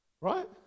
right